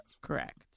Correct